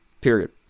Period